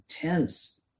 intense